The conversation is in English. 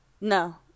No